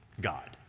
God